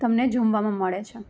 તમને જમવામાં મળે છે